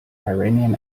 iranian